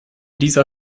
dieser